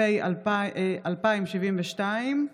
פ/2072/24